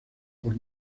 por